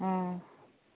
ம்